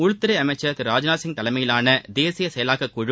உள்துறை அமைச்சர் ராஜ்நாத் சிங் தலைமையிலான தேசிய செயலாக்கக் குழு